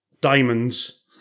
Diamonds